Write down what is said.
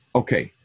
okay